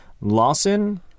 Lawson